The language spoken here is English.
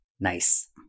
Nice